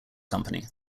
company